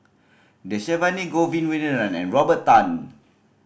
Dhershini Govin Winodan and Robert Tan